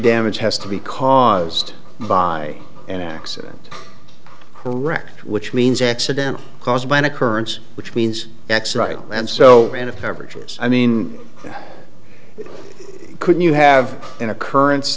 damage has to be caused by an accident correct which means accident caused by an occurrence which means that's right and so and if ever it was i mean couldn't you have an occurrence